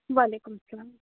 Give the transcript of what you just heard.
وعلیکُم السلام